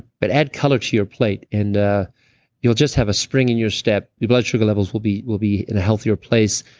but add color to your plate. and you'll just have a spring in your step. your blood sugar levels will be will be in a healthier place.